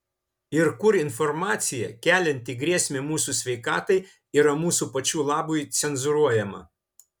ir kur informacija kelianti grėsmę mūsų sveikatai yra mūsų pačių labui cenzūruojama